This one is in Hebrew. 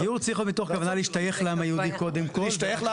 הגיור צריך להיות מתוך כוונה להשתייך לעם היהודי קודם כל.